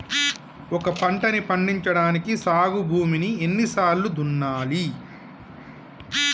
ఒక పంటని పండించడానికి సాగు భూమిని ఎన్ని సార్లు దున్నాలి?